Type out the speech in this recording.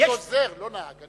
אני עוזר, לא נהג.